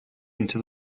into